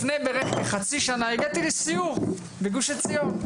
בערך לפני חצי שנה הגעתי לסיור בגוש עציון.